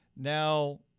Now